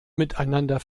miteinander